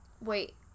Wait